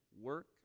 work